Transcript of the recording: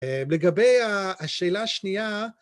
לגבי השאלה השנייה